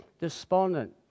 despondent